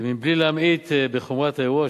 בלי להמעיט בחומרת האירוע,